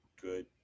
good